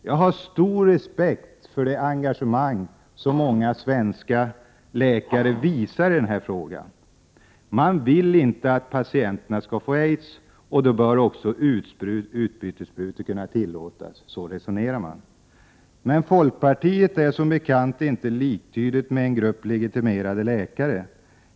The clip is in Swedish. Jag har stor respekt för det engagemang som många svenska läkare visar. Man vill inte att patienterna skall få aids, och då bör också utbytessprutor kunna tillåtas — så resonerar man. Men folkpartiet är som bekant inte liktydigt med en grupp legitimerade läkare.